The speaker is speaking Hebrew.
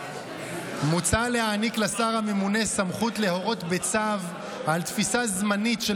מוצע להעניק לשר הממונה סמכות להורות בצו על תפיסה זמנית של